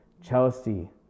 Chelsea